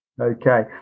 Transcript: Okay